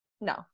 No